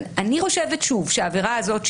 אני חושבת שהעבירה הזאת,